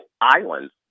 Islands